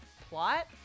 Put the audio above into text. plot